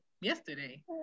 yesterday